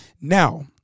now